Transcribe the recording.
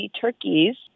turkeys